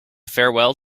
farewell